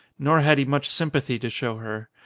nor had he much sympathy to show her.